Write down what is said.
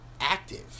active